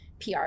PR